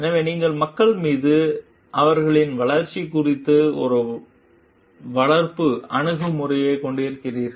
எனவே நீங்கள் மக்கள் மீது அவர்களின் வளர்ச்சி குறித்து ஒரு வளர்ப்பு அணுகுமுறையைக் கொண்டிருக்கிறீர்கள்